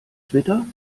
twitter